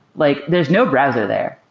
like there's no browser there.